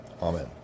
Amen